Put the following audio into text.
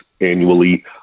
annually